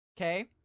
okay